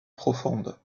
profonde